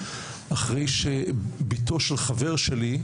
אחרי שבתו של חבר שלי,